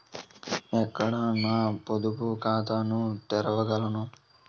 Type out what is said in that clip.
ఎక్కడ నా పొదుపు ఖాతాను తెరవగలను?